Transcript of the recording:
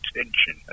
attention